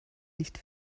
nicht